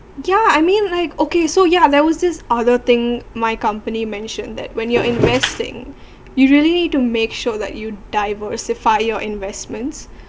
ya I mean like okay so yeah there was this other thing my company mentioned that when you're investing usually to make sure that you diversify your investments